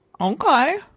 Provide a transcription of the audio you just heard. Okay